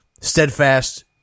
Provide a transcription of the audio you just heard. steadfast